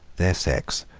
their sex,